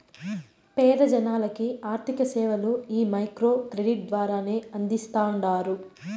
పేద జనాలకి ఆర్థిక సేవలు ఈ మైక్రో క్రెడిట్ ద్వారానే అందిస్తాండారు